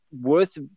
worth